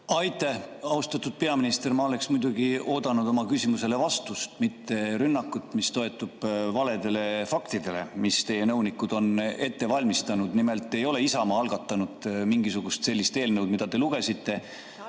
Aitäh! Austatud peaminister! Ma ootasin muidugi oma küsimusele vastust, mitte rünnakut, mis toetub valedele faktidele, mis teie nõunikud on ette valmistanud. Nimelt ei ole Isamaa algatanud mingisugust sellist eelnõu, mida te nimetasite.